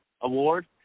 award